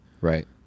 Right